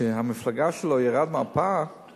כשהמפלגה שלו ירדה מהמפה כי